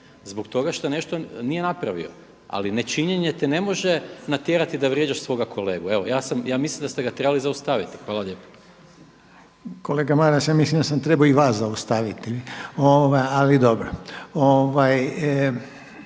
zbog toga što nešto nije napravio. Ali nečinjenje te ne može natjerati da vrijeđaš svoga kolega. Evo ja mislim da ste ga trebali zaustaviti. Hvala lijepa. **Reiner, Željko (HDZ)** Kolega Maras ja mislim da sam trebao i vas zaustaviti, ali dobro.